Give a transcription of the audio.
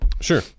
Sure